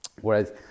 Whereas